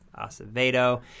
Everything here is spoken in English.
Acevedo